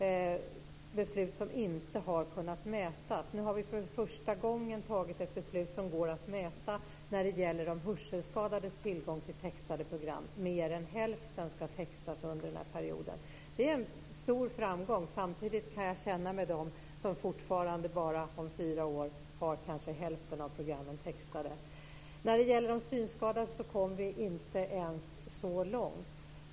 Det har varit beslut som inte har kunnat mätas. Nu har vi för första gången fattat ett beslut som går att mäta när det gäller de hörselskadades tillgång till textade program. Mer än hälften ska textas under perioden. Det är en stor framgång. Samtidigt kan jag känna med dem som fortfarande om fyra år kanske bara har hälften av programmen textade. När det gäller de synskadade kom vi inte ens så långt.